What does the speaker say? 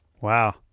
Wow